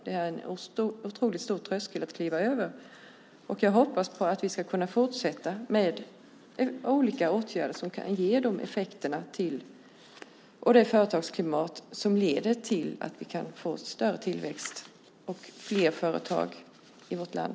Det är en otroligt hög tröskel att kliva över, och jag hoppas att vi ska kunna fortsätta med olika åtgärder som kan ge de effekter och det företagsklimat som leder till att vi kan få en större tillväxt och fler företag i vårt land.